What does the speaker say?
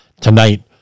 tonight